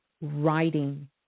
writing